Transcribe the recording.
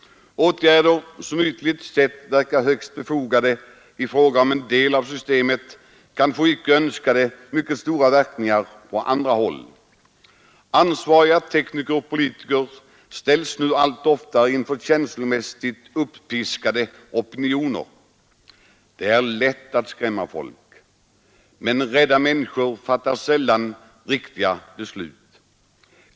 Åtgärder, som ytligt sett verkar högst befogade i fråga om en del av systemet, kan få icke önskade, mycket stora verkningar på andra håll. Ansvariga tekniker och politiker ställs nu allt oftare inför känslomässigt uppiskade opinioner. Det är lätt att skrämma folk, men rädda människor fattar sällan riktiga beslut.